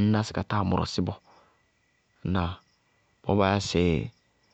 ŋñná sɩ ka táa mɔrɔsí bɔɔ. Ŋnáa? Bɔɔ baa yáa sɩ